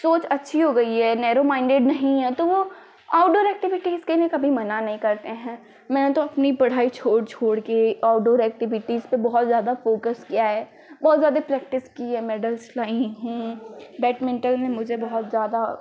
सोच अच्छी हो गई है नेरो माइण्डेड नहीं हैं तो वे आउटडोर एक्टिविटी के लिए मना नहीं करते हैं मैंने तो अपनी पढ़ाई छोड़ छोड़कर आउटडोर एक्टिविटी पर फोकस किया है बहुत ज़्यादा प्रैक्टिस की है मेडल्स लाई हूँ बैडमिन्टन में मुझे बहुत ज़्यादा